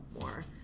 more